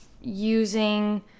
using